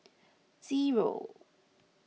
zero